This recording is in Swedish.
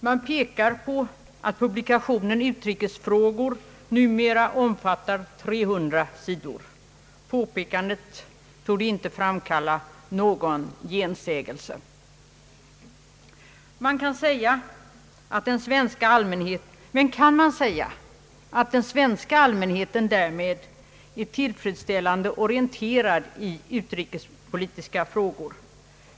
Man pekar på att publikationen Utrikesfrågor numera omfattar 300 sidor. Påpekandet torde inte framkalla någon gensaga. Men kan man anse att den svenska allmänheten därmed är tillfredsställande orienterad i utrikespolitiska frågor?